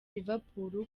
liverpool